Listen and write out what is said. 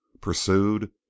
pursued